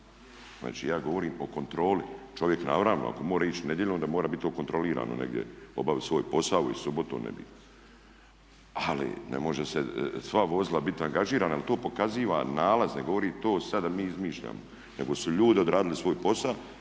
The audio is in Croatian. Znači, ja govorim o kontroli. Čovjek naravno ako mora ići nedjeljom onda mora biti to kontrolirano negdje, obaviti svoj posao i subotom i nedjeljom ali ne mogu sva vozila biti angažirana jer to pokazuje nalaz, ne govorim to sada da mi izmišljamo nego su ljudi odradili svoj posao